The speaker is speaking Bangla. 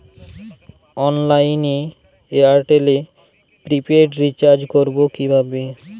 অনলাইনে এয়ারটেলে প্রিপেড রির্চাজ করবো কিভাবে?